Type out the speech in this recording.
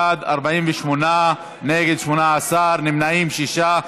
בעד, 48, נגד, 18, נמנעים, שישה.